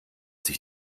sich